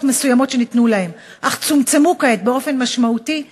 מסוימות שניתנו להם אך צומצמו כעת באופן משמעותי,